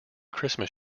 christmas